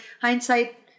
hindsight